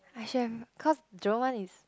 i should have cause Jerome one is